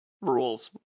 Rules